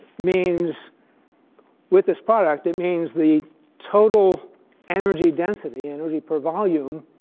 means with this product it means the total energy density, energy per volume,